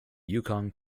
yukon